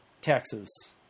taxes